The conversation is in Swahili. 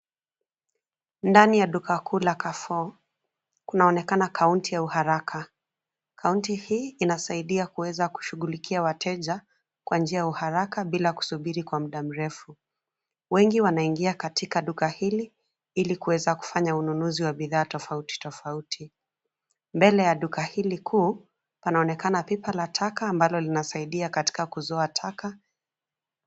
Ndani ya duka kuu la CarreFour , kunaoneka kaunti ya uharaka, kaunti hii inasaidia kuweza kushughulikia wateja, kwa njia ya uharaka bila kusubiri kwa muda mrefu, wengi wanaingia katika duka hili, ilikuweza kufanya ununuzi wa bidhaa tofauti tofauti, mbele ya duka hili kuu, panaonekana pipa la taka ambalo linasaidia katika kuzoa taka.